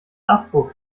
abfuhr